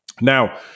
Now